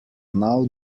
now